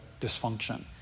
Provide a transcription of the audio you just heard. dysfunction